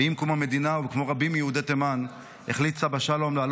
עם קום המדינה החליט סבא שלום כמו רבים